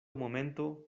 momento